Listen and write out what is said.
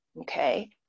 okay